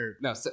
No